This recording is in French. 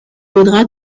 faudra